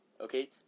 okay